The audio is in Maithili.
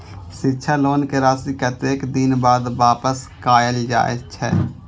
शिक्षा लोन के राशी कतेक दिन बाद वापस कायल जाय छै?